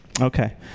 Okay